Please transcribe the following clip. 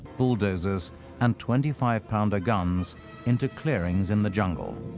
bulldozers, and twenty five pounder guns into clearings in the jungle,